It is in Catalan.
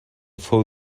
fou